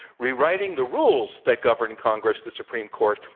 rewriting the rules that govern congress, the supreme court,